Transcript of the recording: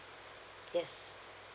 yes